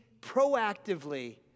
proactively